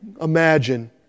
Imagine